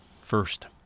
first